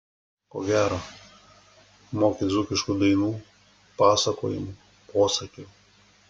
ko gero moki dzūkiškų dainų pasakojimų posakių